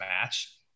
match